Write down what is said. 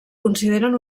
consideren